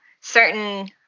certain